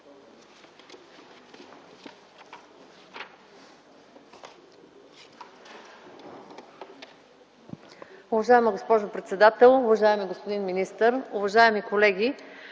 Уважаема госпожо председател, уважаеми господин министър, уважаеми колеги!